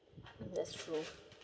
that's true